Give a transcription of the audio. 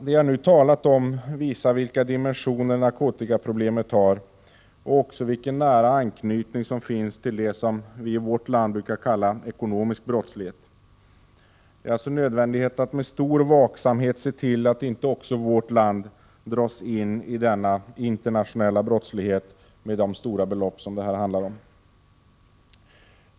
Det jag nu talat om visar vilka dimensioner narkotikaproblemet har och också vilken nära anknytning som finns till det som vi i vårt land brukar kalla ekonomisk brottslighet. Det gäller alltså att med stor vaksamhet se till att inte också vårt land dras in i denna internationella brottslighet med de stora belopp som det handlar om.